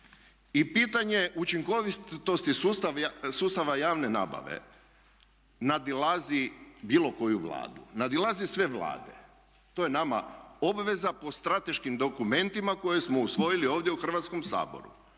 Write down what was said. i pitanje učinkovitosti sustava javne nabave nadilazi bilo koju vladu, nadilazi sve vlade. To je nama obveza po strateškim dokumentima koje smo usvojili ovdje u Hrvatskom saboru.